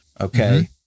Okay